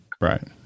Right